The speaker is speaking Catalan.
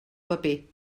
paper